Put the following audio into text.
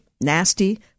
nasty